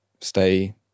stay